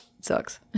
sucks